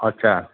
अच्छा